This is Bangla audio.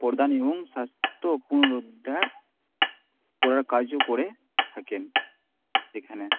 প্রদান এবং স্বাস্থ্য পুনরুদ্ধার করার কার্য করে থাকেন এখানে